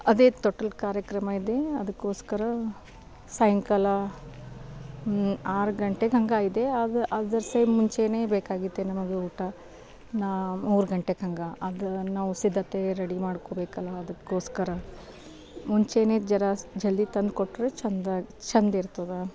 ಅದೇ ತೊಟ್ಟಿಲು ಕಾರ್ಯಕ್ರಮ ಇದೆ ಅದಕ್ಕೋಸ್ಕರ ಸಾಯಂಕಾಲ ಆರು ಗಂಟೆಗೆ ಹಂಗೆ ಇದೆ ಅದು ಅದರ್ಸ ಮುಂಚೆನೇ ಬೇಕಾಗಿತ್ತು ನಮಗೆ ಊಟ ನಾ ಮೂರು ಗಂಟೆಕ್ಕ ಹಂಗೆ ಅದು ನಾವು ಸಿದ್ಧತೆ ರೆಡಿ ಮಾಡ್ಕೊಬೇಕಲ್ಲ ಅದಕ್ಕೋಸ್ಕರ ಮುಂಚೆನೇ ಜರಾ ಜಲ್ದಿ ತಂದ್ಕೊಟ್ರೆ ಚಂದ ಚಂದ ಇರ್ತದೆ